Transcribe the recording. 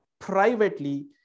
Privately